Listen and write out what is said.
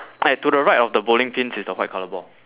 and to the right of the bowling pins is the white colour ball